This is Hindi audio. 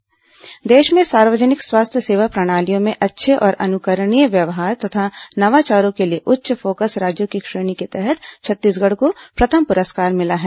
छत्तीसगढ़ सम्मान देश में सार्वजनिक स्वास्थ्य सेवा प्रणालियों में अच्छे और अनुकरणीय व्यवहार तथा नवाचारों के लिए उच्च फोकस राज्यों की श्रेणी के तहत छत्तीसगढ़ को प्रथम पुरस्कार मिला है